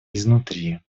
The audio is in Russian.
изнутри